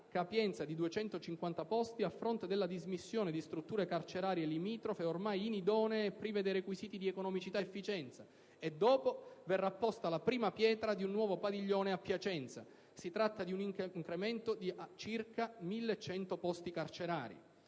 capienza di 250 posti, a fronte della dismissione di strutture carcerarie limitrofe ormai inidonee e prive dei requisiti di economicità e di efficienza, e dopo verrà posta la prima pietra di un nuovo padiglione a Piacenza; si tratta di un incremento di circa 1.100 posti carcerari.